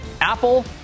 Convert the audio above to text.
Apple